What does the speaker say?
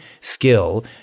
skill